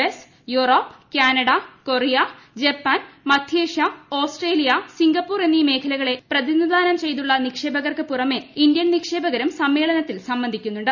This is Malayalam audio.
S Europe Canada Korea Japan മധ്യേഷ്യ ഓസ്ട്രേലിയ സിംഗപ്പൂർ എന്നീ മേഖലകളെ പ്രതിനിധാനം ചെയ്തുള്ള നിക്ഷേപകർക്ക് പുറമെ ഇന്ത്യൻ നിക്ഷേപകരും സമ്മേളനത്തിൽ സംബന്ധിക്കുന്നുണ്ട്